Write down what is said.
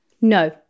No